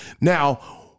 Now